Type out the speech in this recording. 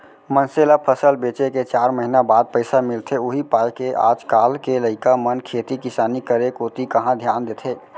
मनसे ल फसल बेचे के चार महिना बाद पइसा मिलथे उही पायके आज काल के लइका मन खेती किसानी करे कोती कहॉं धियान देथे